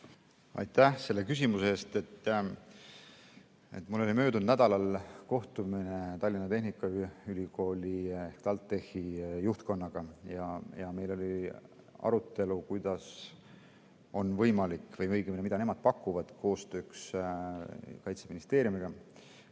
Aitäh selle küsimuse eest! Mul oli möödunud nädalal kohtumine Tallinna Tehnikaülikooli ehk TalTechi juhtkonnaga. Meil oli arutelu, kuidas on võimalik, või õigemini, mida nemad pakuvad koostööks Kaitseministeeriumiga,